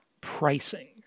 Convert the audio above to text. pricing